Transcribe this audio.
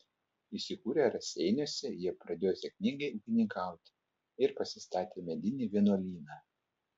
įsikūrę raseiniuose jie pradėjo sėkmingai ūkininkauti ir pasistatė medinį vienuolyną